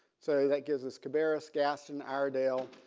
so that gives us cabarrus, gaston, iredell,